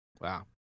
wow